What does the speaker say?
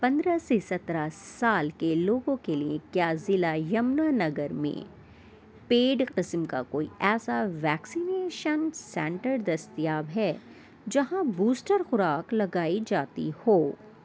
پندرہ سے سترہ سال کے لوگوں کے لیے کیا ضلع یمنا نگر میں پیڈ قسم کا کوئی ایسا ویکسینیشن سینٹر دستیاب ہے جہاں بوسٹر خوراک لگائی جاتی ہو